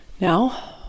Now